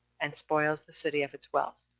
and spoils the city of its wealth.